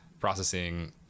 processing